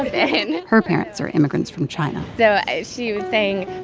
in her parents are immigrants from china so she was saying,